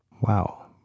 Wow